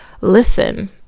listen